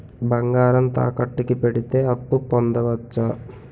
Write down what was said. బంగారం తాకట్టు కి పెడితే అప్పు పొందవచ్చ?